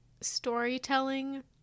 storytelling